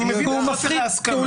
אני מבין את חוסר ההסכמה --- כי הוא